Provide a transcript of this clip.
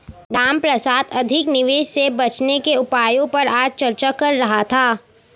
रामप्रसाद अधिक निवेश से बचने के उपायों पर आज चर्चा कर रहा था